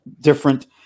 different